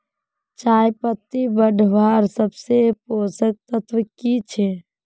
चयपत्ति बढ़वार सबसे पोषक तत्व की छे?